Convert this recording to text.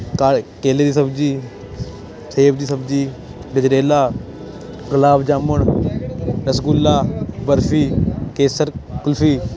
ਕਾਲੇ ਕੇਲੇ ਦੀ ਸਬਜ਼ੀ ਸੇਬ ਦੀ ਸਬਜ਼ੀ ਗਜਰੇਲਾ ਗੁਲਾਬ ਜਾਮਣ ਰਸਗੁੱਲਾ ਬਰਫੀ ਕੇਸਰ ਕੁਲਫੀ